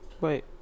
Wait